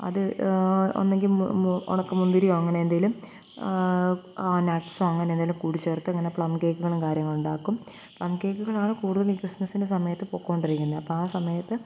അത് ഒന്നെങ്കില് ഉണക്കമുന്തിരിയോ അങ്ങനെന്തേലും നട്ട്സോ അങ്ങനെന്തേലും കൂടിച്ചേർത്തിങ്ങനെ പ്ലം കേക്കിനുള്ള കാര്യങ്ങളുണ്ടാക്കും പ്ലം കേക്കുകളാണ് കൂടുതലും ഈ ക്രിസ്മസിന്റെ സമയത്ത് പൊയ്ക്കൊണ്ടിരിക്കുന്നത് അപ്പോള് ആ സമയത്ത്